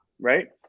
Right